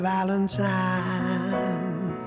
Valentine